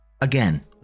again